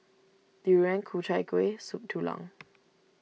Durian Ku Chai Kuih Soup Tulang